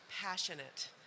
passionate